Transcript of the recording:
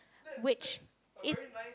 which is